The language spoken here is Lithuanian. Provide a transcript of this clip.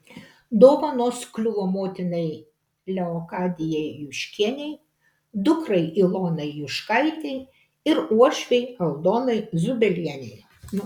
dovanos kliuvo motinai leokadijai juškienei dukrai ilonai juškaitei ir uošvei aldonai zubelienei